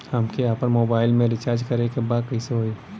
हमके आपन मोबाइल मे रिचार्ज करे के बा कैसे होई?